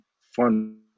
fun